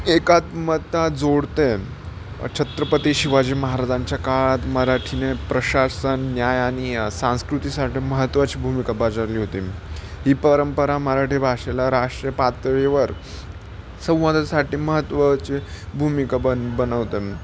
एकात्मता जोडते छत्रपती शिवाजी महाराजांच्या काळात मराठीने प्रशासन न्यायानी या संस्कृतीसाठी महत्त्वाची भूमिका बजाली होती ही परंपरा मराठी भाषेला राष्ट्रीय पातळीवर संवादसाठी महत्त्वाची भूमिका बन बनवते